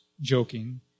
joking